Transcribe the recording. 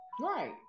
Right